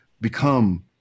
become